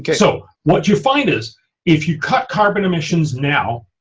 yeah so what you find is if you cut carbon emissions now,